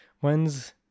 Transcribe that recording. When's